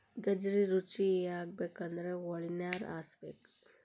ಗಜ್ರಿ ರುಚಿಯಾಗಬೇಕಂದ್ರ ಹೊಳಿನೇರ ಹಾಸಬೇಕ